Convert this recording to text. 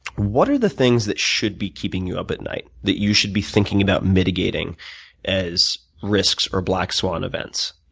what are the things that should be keeping you up at night, that you should be thinking about mitigating as risks or black swan events?